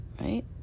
right